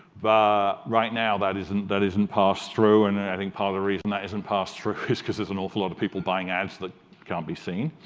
right now that isn't that isn't passed through, and i think part of the reason that isn't passed through is because there's an awful lot of people buying ads that can't be seen.